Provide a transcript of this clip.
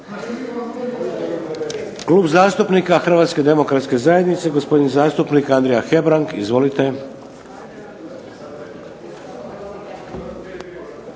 Klub zastupnika Hrvatske demokratske zajednice gospodin zastupnik Andrija Hebrang. Izvolite.